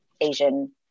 Asian